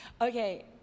Okay